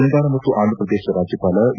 ತೆಲಂಗಾಣ ಮತ್ತು ಆಂಧ್ರಪ್ರದೇಶ ರಾಜ್ಯಪಾಲ ಇ